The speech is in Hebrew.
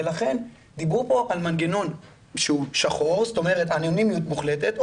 ולכן דיברו כאן על מנגנון שהוא שחור אנונימיות מוחלטת,